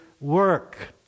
work